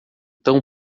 tão